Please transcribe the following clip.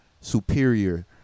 superior